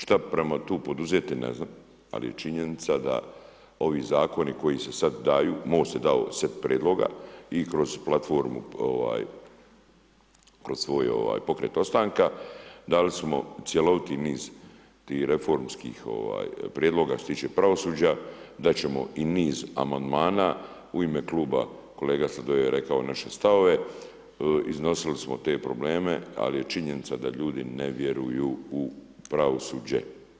Šta treba tu poduzeti ne znam, ali činjenica da ovi zakoni, koji se sada daju, Most je dao set prijedloga i kroz platformu i kroz svoj pokret opstanka, dali smo cjeloviti niz tih reformskih prijedloga što se tiče pravosuđa dati ćemo i niz amandman u ime Kluba kolega Sladoljev je rekao naše stavove, iznosili smo te probleme, ali je činjenica, da ljudi ne vjeruju u pravosuđe.